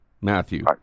Matthew